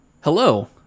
hello